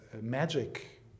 magic